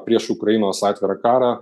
prieš ukrainos atvirą karą